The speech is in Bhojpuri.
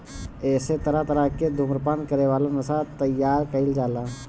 एसे तरह तरह के धुम्रपान करे वाला नशा तइयार कईल जाला